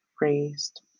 raised